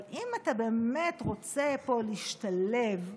אבל אם אתה באמת רוצה להשתלב פה,